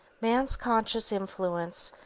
man's conscious influence,